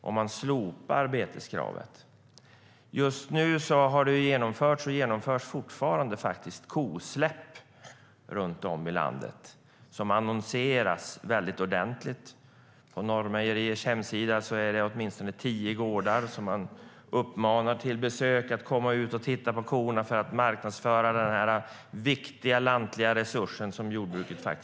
Det har genomförts, och genomförs fortfarande, kosläpp runt om i landet, vilket annonseras ordentligt. På Norrmejeriers hemsida finns åtminstone tio gårdar som man uppmanas att besöka för att titta på korna och på så sätt marknadsföra den viktiga, lantliga resurs som jordbruket är.